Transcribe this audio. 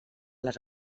les